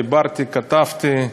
דיברתי, כתבתי,